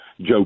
joe